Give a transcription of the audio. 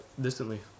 distantly